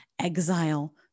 exile